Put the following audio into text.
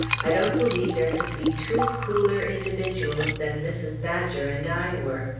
i don't believe there could be two cooler individuals than mrs. badger and i were.